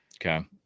Okay